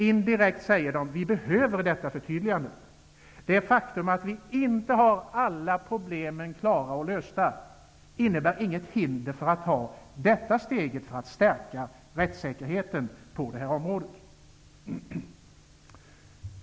Indirekt säger Lagrådet att det här förtydligandet behövs. Det faktum att vi inte har alla problem klara för oss och lösta innebär inget hinder för att ta steget till att på det här området stärka rättssäkerheten.